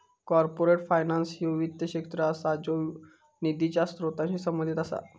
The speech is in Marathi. कॉर्पोरेट फायनान्स ह्यो वित्त क्षेत्र असा ज्यो निधीच्या स्त्रोतांशी संबंधित असा